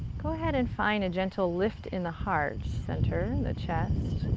go ahead and find a gentle lift in the heart center, the chest.